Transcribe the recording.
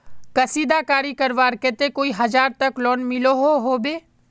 कशीदाकारी करवार केते कई हजार तक लोन मिलोहो होबे?